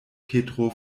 petro